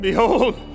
Behold